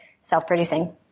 self-producing